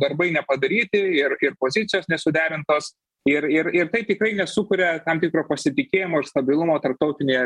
darbai nepadaryti ir ir pozicijos nesuderintos ir ir ir tai tikrai nesukuria tam tikro pasitikėjimo ir stabilumo tarptautinė